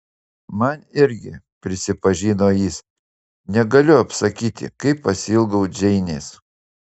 man irgi prisipažino jis negaliu apsakyti kaip pasiilgau džeinės